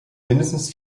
mindestens